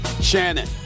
Shannon